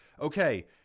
Okay